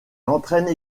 entraînent